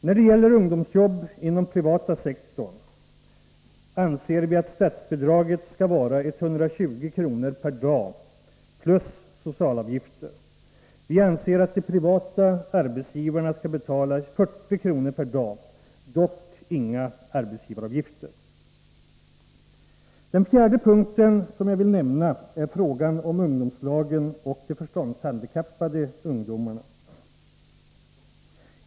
När det gäller ungdomsjobb inom den privata sektorn anser vi att statsbidraget skall vara 120 kr. per dag plus socialavgifter. Vi anser att de privata arbetsgivarna skall betala 40 kr. per dag, dock inga arbetsgivaravgifter. Den fjärde punkten som jag vill nämna är frågan om ungdomslagen och de förståndshandikappade ungdomarna.